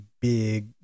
big